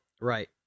Right